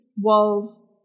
walls